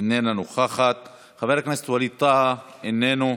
איננה נוכחת, חבר הכנס ווליד טאהא, איננו.